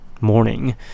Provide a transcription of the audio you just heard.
morning